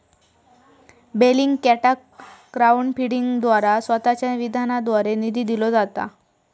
बेलिंगकॅटाक क्राउड फंडिंगद्वारा स्वतःच्या विधानाद्वारे निधी दिलो जाता